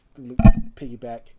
Piggyback